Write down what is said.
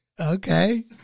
Okay